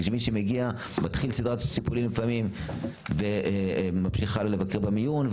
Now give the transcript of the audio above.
מי שמגיע לפעמים מתחיל סדרת טיפולים וממשיך הלאה לבקר במיון,